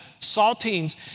saltines